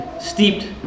steeped